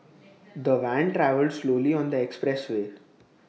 the van travelled slowly on the expressway